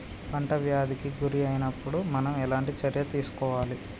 పంట వ్యాధి కి గురి అయినపుడు మనం ఎలాంటి చర్య తీసుకోవాలి?